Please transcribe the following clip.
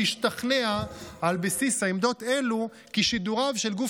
שהשתכנע על בסיס עמדות אלו כי שידוריו של גוף